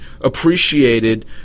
appreciated